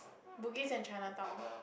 Bugis and Chinatown